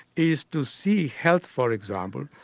is to see health, for example,